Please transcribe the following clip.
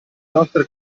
nostre